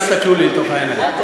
אל תסתכלו לי לתוך העיניים.